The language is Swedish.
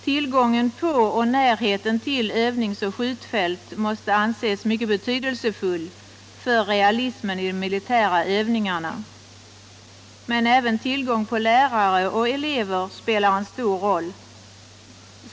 Tillgången på och närheten till övningsoch skjutfält måste anses mycket betydelsefull för realismen i de militära övningarna. Men även tillgång på lärare och elever spelar en stor roll.